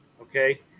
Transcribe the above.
Okay